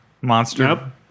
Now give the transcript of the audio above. Monster